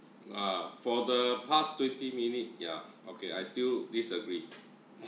uh for the past fifty minute yeah okay I still disagreed